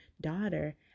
daughter